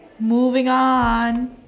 moving on